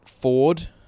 Ford